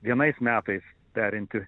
vienais metais perinti